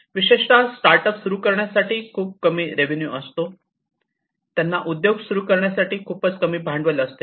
तर विशेषतः स्टार्टअप सुरू करण्यासाठी खूपच कमी रेवेन्यू असतो त्यांना उद्योग सुरू करण्यासाठी खूपच कमी भांडवल असते